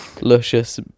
luscious